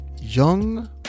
young